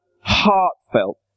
heartfelt